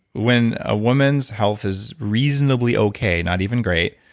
when a woman's health is reasonably okay, not even great,